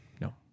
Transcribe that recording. No